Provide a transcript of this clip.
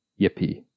yippee